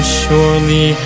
surely